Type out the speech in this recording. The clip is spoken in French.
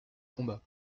combat